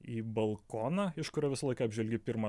į balkoną iš kurio visą laiką apžvelgi pirmą